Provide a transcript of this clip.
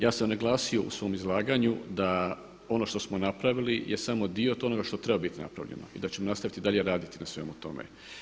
Ja sam naglasio u svom izlaganju da ono što smo napravili je samo dio onoga što treba biti napravljeno i da ćemo nastaviti dalje raditi na svemu tome.